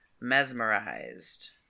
mesmerized